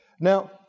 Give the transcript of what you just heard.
Now